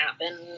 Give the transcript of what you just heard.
happen